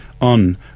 on